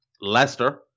Leicester